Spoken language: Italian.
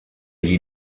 gli